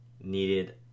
needed